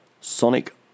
Sonic